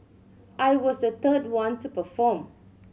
I was the third one to perform